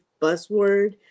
buzzword